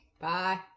Bye